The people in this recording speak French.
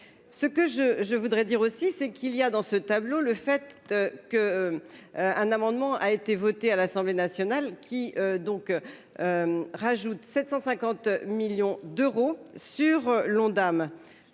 Ce que je, je voudrais dire aussi c'est qu'il y a dans ce tableau, le fait que. Un amendement a été voté à l'Assemblée nationale qui donc. Rajoute 750 millions d'euros sur l'Ondam